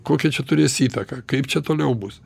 kokią čia turės įtaką kaip čia toliau bus